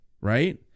right